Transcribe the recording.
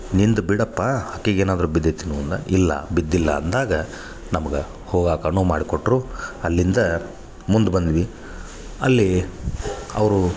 ನಿಂದು ಬಿಡಪ್ಪ ಆಕಿಗೆ ಏನಾದರು ಬಿದ್ದೈತಿ ನೋಡಿ ಅಂದ್ರೆ ಇಲ್ಲಾ ಬಿದ್ದಿಲ್ಲ ಅಂದಾಗ ನಮ್ಗೆ ಹೋಗಾಕೆ ಅಣಿವು ಮಾಡಿ ಕೊಟ್ಟರು ಅಲ್ಲಿಂದ ಮುಂದೆ ಬಂದ್ವಿ ಅಲ್ಲಿ ಅವರು